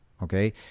Okay